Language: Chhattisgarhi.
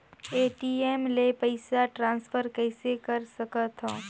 ए.टी.एम ले पईसा ट्रांसफर कइसे कर सकथव?